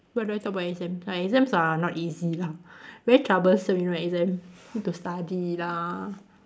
what do I talk about exams uh exams are not easy lah very troublesome you know exam need to study lah